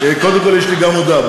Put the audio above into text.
קודם כול, יש לי גם הודעה.